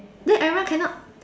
then everyone cannot